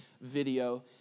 video